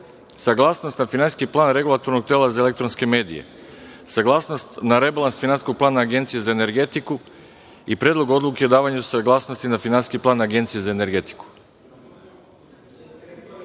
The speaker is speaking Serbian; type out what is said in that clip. saglasnost na Finansijski plan regulatornog tela za elektronske medije, saglasnost na rebalans Finansijskog plana Agencije za energetiku i Predlog odluke o davanju saglasnosti na Finansijski plan Agencije za energetiku.(Miladin